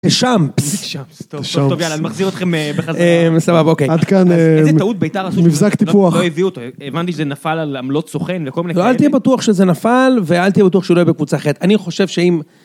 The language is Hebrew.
שאמפס טוב טוב טוב יאללה אני מחזיר אתכם בחזרה אה סבבה אוקיי עד כאן אה איזה טעות ביתר עשו מבזק טיפוח לא יביאו אותו הבנתי שזה נפל על עמלות סוכן וכל מיני לא אל תהיה בטוח שזה נפל ואל תהיה בטוח שהוא לא יהיה בקבוצה אחרת אני חושב שאם